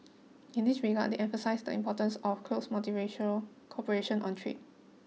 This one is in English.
in this regard they emphasised the importance of close multilateral cooperation on trade